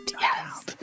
yes